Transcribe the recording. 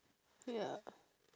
ya